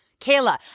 Kayla